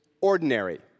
ordinary